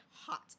hot